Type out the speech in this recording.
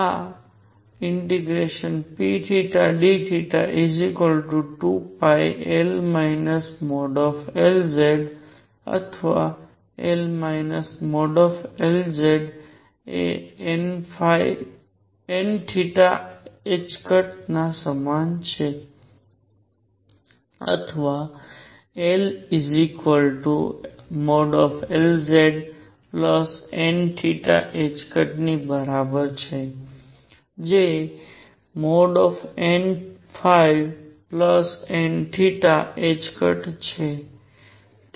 અને ∫pdθ2L Lz અથવાL Lz એ n ના સમાન છે અથવા LLzn ની બરાબર છે જે nn છે